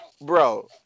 bro